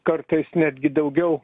kartais netgi daugiau